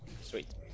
Sweet